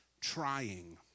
trying